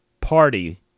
party